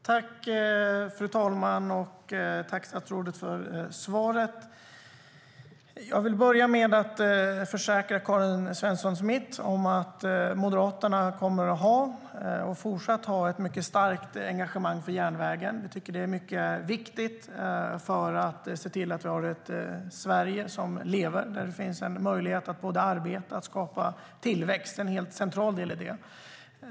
Fru talman! Jag tackar statsrådet för svaret. Jag vill börja med att försäkra Karin Svensson Smith att Moderaterna har och fortsatt kommer att ha ett mycket starkt engagemang i järnvägen. Vi tycker att det är mycket viktigt för att se till att vi har ett Sverige som lever och där det finns en möjlighet att både arbeta och skapa tillväxt - en helt central del i detta.